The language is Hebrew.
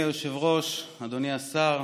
אדוני היושב-ראש, אדוני השר,